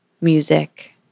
music